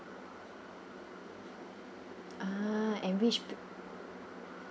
ah and which pe~